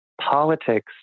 politics